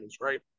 right